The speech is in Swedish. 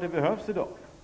Det behövs.